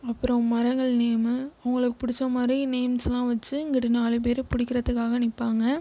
அப்புறம் மரங்கள் நேமு அவங்களுக்கு பிடிச்ச மாதிரி நேம்ஸ்லாம் வச்சு இங்கிட்டு நாலு பேர் பிடிக்கிறதுக்காக நிற்பாங்க